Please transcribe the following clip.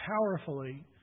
powerfully